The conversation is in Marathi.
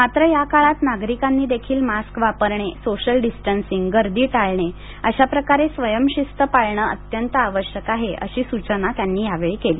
मात्र या काळात नागरिकांनी देखील मास्क वापरणे सोशल डिस्टन्सिंग गर्दी टाळणे अशाप्रकारे स्वयंशिस्त पाळणे अत्यंत आवश्यक आहे अशी सूचना त्यांनी यावेळी केली